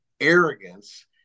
arrogance